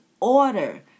order